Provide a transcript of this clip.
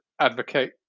advocate